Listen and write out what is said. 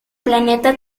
planeta